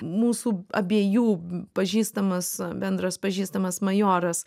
mūsų abiejų pažįstamas bendras pažįstamas majoras